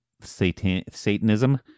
Satanism